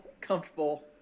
comfortable